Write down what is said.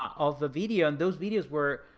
of the video and those videos were.